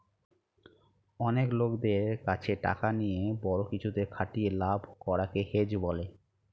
অনেক লোকদের কাছে টাকা নিয়ে বড়ো কিছুতে খাটিয়ে লাভ করা কে হেজ বলে